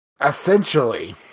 Essentially